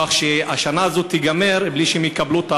כך שהשנה הזאת תיגמר בלי שהם יקבלו את